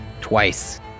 Twice